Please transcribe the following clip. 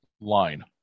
line